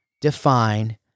define